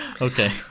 Okay